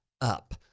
up